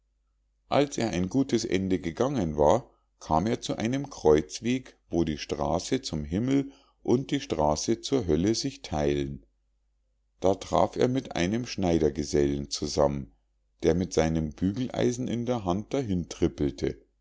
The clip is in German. als er ein gutes ende gegangen war kam er zu einem kreuzweg wo die straße zum himmel und die straße zur hölle sich theilen da traf er mit einem schneidergesellen zusammen der mit seinem bügeleisen in der hand